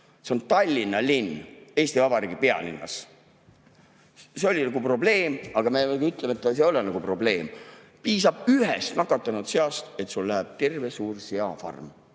See oli Tallinnas, Eesti Vabariigi pealinnas. See oli probleem, aga me ütleme, et see ei ole nagu probleem. Piisab ühest nakatanud seast, et sul läheb terve suur seafarm.